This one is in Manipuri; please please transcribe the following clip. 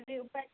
ꯀꯔꯤ ꯎꯄꯥꯏ ꯂꯩ